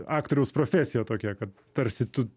aktoriaus profesija tokia kad tarsi tu